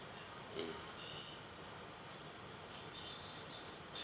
mm